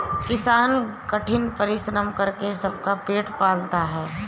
किसान कठिन परिश्रम करके सबका पेट पालता है